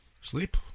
Sleep